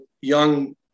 young